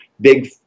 big